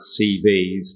CVs